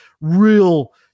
real